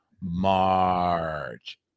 March